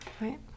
right